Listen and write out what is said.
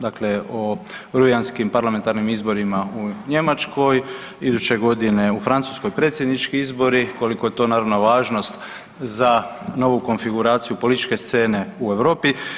Dakle o rujanskim parlamentarnim izborima u Njemačkoj, iduće godine u Francuskoj predsjednički izbori, koliko je naravno važnost za novu konfiguraciju političke scene u Europi.